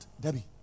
Debbie